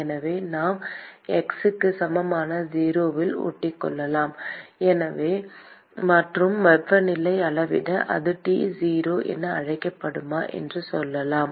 எனவே நாம் x க்கு சமமான 0 இல் ஒட்டிக்கொள்ளலாம் மற்றும் வெப்பநிலை அளவிட அது T 0 என்று அழைக்கப்படுமா என்று சொல்லலாம்